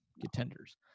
contenders